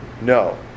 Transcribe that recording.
No